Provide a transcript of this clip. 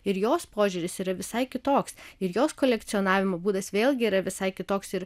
ir jos požiūris yra visai kitoks ir jos kolekcionavimo būdas vėlgi yra visai kitoks ir